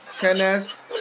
Kenneth